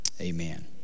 amen